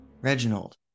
Reginald